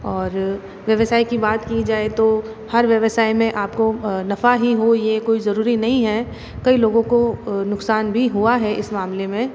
और व्यवसाय की बात की जाए तो हर व्यवसाय में आपको नफा ही हो ये कोई जरूरी नहीं हैं कई लोगों को नुकसान भी हुआ है इस मामले में